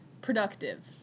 Productive